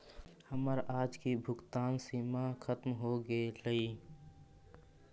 हमर आज की भुगतान सीमा खत्म हो गेलइ